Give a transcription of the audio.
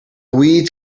weeds